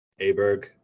Aberg